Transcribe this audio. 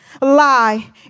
lie